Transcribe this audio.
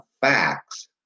facts